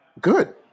Good